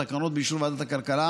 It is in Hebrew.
בתקנות באישור ועדת הכלכלה,